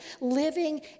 living